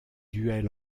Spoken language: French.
duel